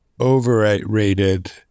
overrated